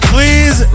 Please